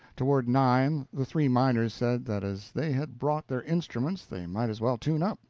toward nine the three miners said that as they had brought their instruments they might as well tune up,